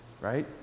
Right